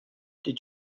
did